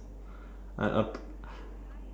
I uh